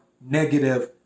negative